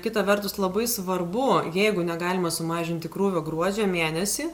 kita vertus labai svarbu jeigu negalima sumažinti krūvio gruodžio mėnesį